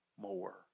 more